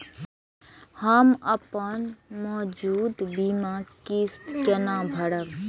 हम अपन मौजूद बीमा किस्त केना भरब?